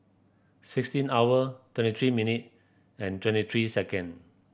sixteen hour twenty three minute and twenty three second